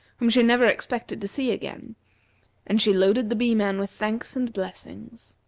whom she never expected to see again and she loaded the bee-man with thanks and blessings.